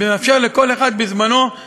ומאפשר לכל אחד בזמנו-שלו